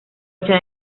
echa